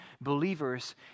believers